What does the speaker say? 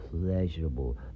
pleasurable